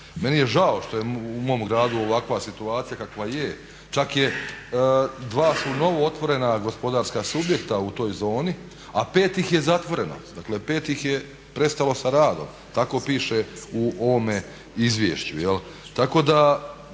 Meni je žao što je u mom gradu ovakva situacija kakva je čak su dva novootvorena gospodarska subjekta u toj zoni, a pet ih je zatvoreno, dakle pet ih prestalo sa radom tako piše u ovom izvješću.